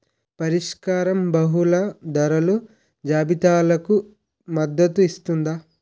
పరిష్కారం బహుళ ధరల జాబితాలకు మద్దతు ఇస్తుందా?